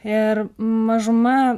ir mažuma